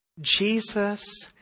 Jesus